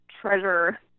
treasure